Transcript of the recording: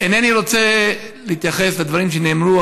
אינני רוצה להתייחס לדברים שנאמרו,